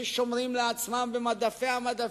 להקים משרד שיאפשר לאזרח הבודד,